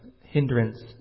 hindrance